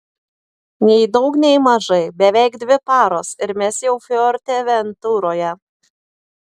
nei daug nei mažai beveik dvi paros ir mes jau fuerteventuroje